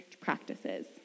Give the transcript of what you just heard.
practices